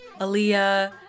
Aaliyah